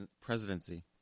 presidency